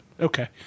Okay